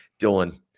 Dylan